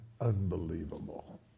unbelievable